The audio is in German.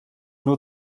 nur